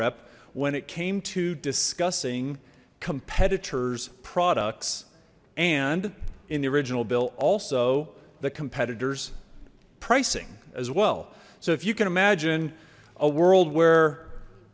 rep when it came to discussing competitors products and in the original bill also the competitors pricing as well so if you can imagine a world where